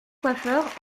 coiffeurs